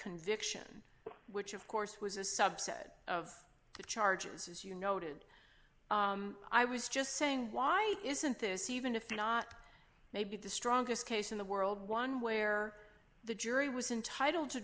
conviction which of course was a subset of the charges as you noted i was just saying why isn't this even if not maybe the strongest case in the world one where the jury was entitle to